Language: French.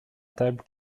table